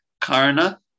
Karna